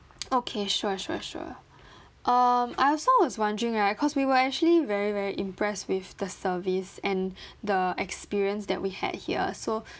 okay sure sure sure um I also was wondering right cause we were actually very very impressed with the service and the experience that we had here so